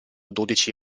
dodici